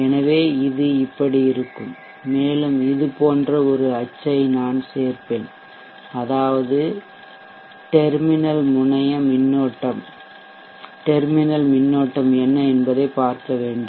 எனவே இது இப்படி இருக்கும் மேலும் இது போன்ற ஒரு அச்சை நான் சேர்ப்பேன் அதாவது டெர்மினல்முனைய மின்னோட்டம் என்ன என்பதைப் பார்க்க வேண்டும்